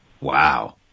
Wow